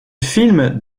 film